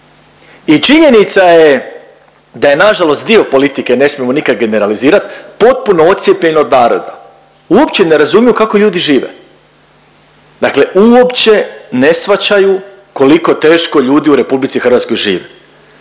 I činjenica je da je nažalost dio politike, ne smijemo nikad generalizirat potpuno ocijepljen od naroda, uopće ne razumiju kako ljudi žive, dakle uopće ne shvaćaju koliko teško ljudi u RH žive.